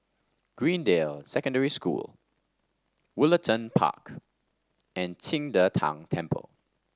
Greendale Secondary School Woollerton Park and Qing De Tang Temple